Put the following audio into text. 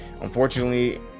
unfortunately